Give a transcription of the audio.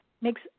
makes